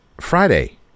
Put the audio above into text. Friday